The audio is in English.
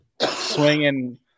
swinging